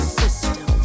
system